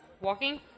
Walking